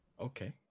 Okay